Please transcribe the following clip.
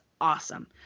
awesome